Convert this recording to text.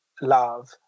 love